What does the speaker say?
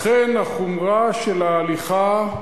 לכן החומרה של ההליכה,